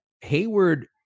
Hayward